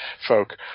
folk